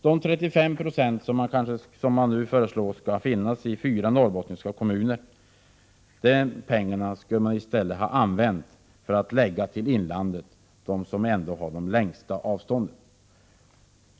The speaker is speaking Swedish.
De 35 96 i stöd som man nu föreslår skall finnas i fyra norrbottniska kommuner är pengar som i stället borde ha använts i inlandet där man har de längsta avstånden.